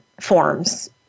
forms